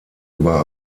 über